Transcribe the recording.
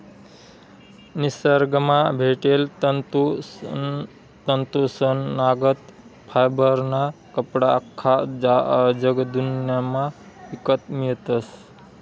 निसरगंमा भेटेल तंतूसनागत फायबरना कपडा आख्खा जगदुन्यामा ईकत मियतस